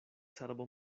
cerbo